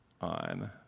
on